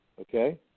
Okay